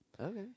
Okay